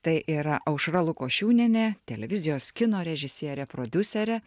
tai yra aušra lukošiūnienė televizijos kino režisierė prodiuserė